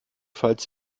falls